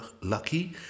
lucky